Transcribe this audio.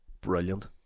brilliant